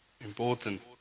important